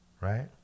right